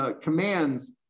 commands